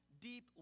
deep